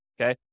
okay